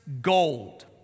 gold